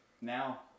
now